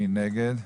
מי נגד?